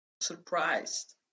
surprised